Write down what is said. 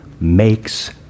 makes